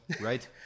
Right